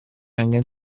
angen